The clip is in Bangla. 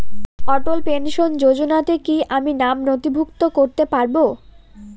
অটল পেনশন যোজনাতে কি আমি নাম নথিভুক্ত করতে পারবো?